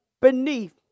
beneath